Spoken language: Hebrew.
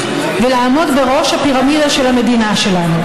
ולעמוד בראש הפירמידה של המדינה שלנו.